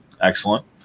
excellent